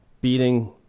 beating